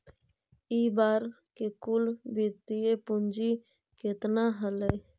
इ बार के कुल वित्तीय पूंजी केतना हलइ?